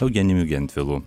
eugenijumi gentvilu